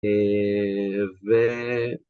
ו...